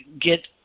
Get